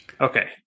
Okay